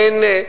אין,